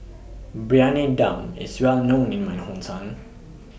Briyani Dum IS Well known in My Hometown